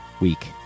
week